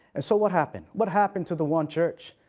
and so what happened? what happened to the one church?